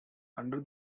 under